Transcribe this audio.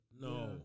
No